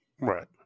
right